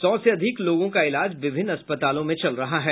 सौ से अधिक लोगों का इलाज विभिन्न अस्पतालों में चल रहा है